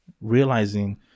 realizing